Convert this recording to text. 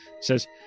Says